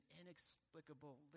inexplicable